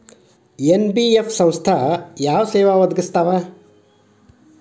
NBF ಸಂಸ್ಥಾ ಯಾವ ಸೇವಾ ಒದಗಿಸ್ತಾವ?